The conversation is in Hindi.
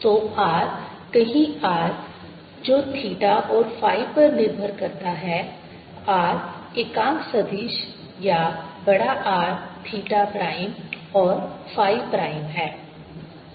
तो R कहीं r जो थीटा और फ़ाई पर निर्भर करता है R एकांक सदिश या बड़ा R थीटा प्राइम और फ़ाई प्राइम है